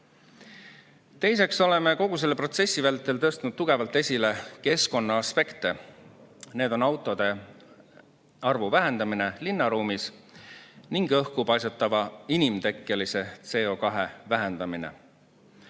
pidada. Teiseks oleme kogu selle protsessi vältel tõstnud tugevalt esile keskkonnaaspekte: autode arvu vähendamine linnaruumis ning õhku paisatava inimtekkelise CO2vähendamine.